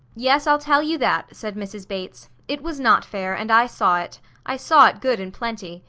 yes, i'll tell you that, said mrs. bates. it was not fair, and i saw it i saw it good and plenty.